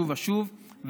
שוב ושוב,